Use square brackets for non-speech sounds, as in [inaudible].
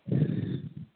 [unintelligible]